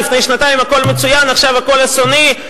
לפני שנתיים הכול היה מצוין ועכשיו הכול אסוני,